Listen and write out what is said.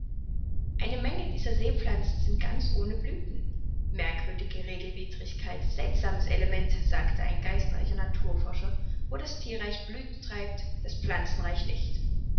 eine menge dieser seepflanzen sind ganz ohne blüthen merkwürdige regelwidrigkeit seltsames element sagt ein geistreicher naturforscher wo das thierreich blüthen treibt das pflanzenreich nicht